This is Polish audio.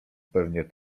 pewnie